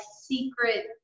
secret